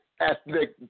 ethnic